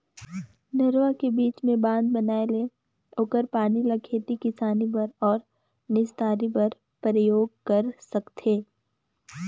नरूवा के बीच मे बांध बनाये ले ओखर पानी ल खेती किसानी बर अउ निस्तारी बर परयोग कर सकथें